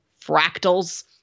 fractals